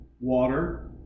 water